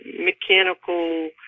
mechanical